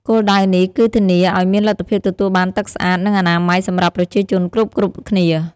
គោលដៅនេះគឺធានាឱ្យមានលទ្ធភាពទទួលបានទឹកស្អាត និងអនាម័យសម្រាប់ប្រជាជនគ្រប់ៗគ្នា។